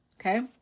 Okay